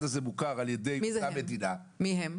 הזה מוכר על-ידי המדינה -- מי זה "הם"?